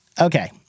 okay